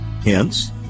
Hence